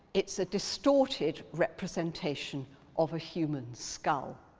it's a distorted representation of a human skull.